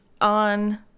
on